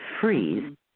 freeze